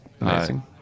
Amazing